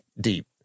deep